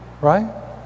Right